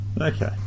Okay